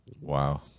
Wow